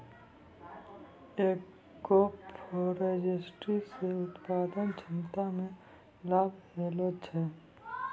agroforestry से उत्पादन क्षमता मे लाभ होलो छै